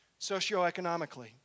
Socioeconomically